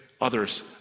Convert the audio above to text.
others